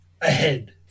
ahead